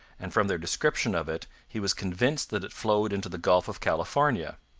and from their description of it he was convinced that it flowed into the gulf of california.